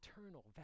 eternal